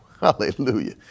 Hallelujah